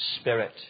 spirit